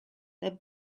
their